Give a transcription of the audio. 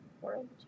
world